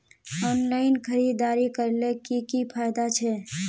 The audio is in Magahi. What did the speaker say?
ऑनलाइन खरीदारी करले की की फायदा छे?